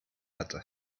hatte